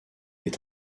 est